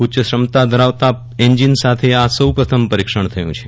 ઉચ્ચક્ષમતા ધરાવતા એન્જીનસાથે આ સૌ પ્રથમ પરીક્ષણ થયું છે